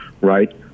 right